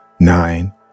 nine